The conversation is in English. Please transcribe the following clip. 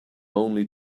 only